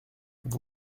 vous